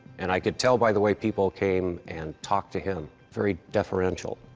and i could tell by the way people came and talked to him very deferential.